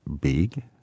big